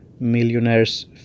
Millionaire's